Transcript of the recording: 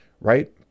right